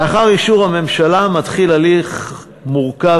לאחר אישור הממשלה מתחיל הליך מורכב